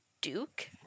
duke